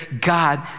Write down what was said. God